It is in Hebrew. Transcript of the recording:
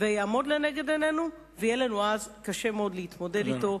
ויעמוד לנגד עינינו ויהיה לנו אז קשה מאוד להתמודד אתו.